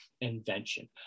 invention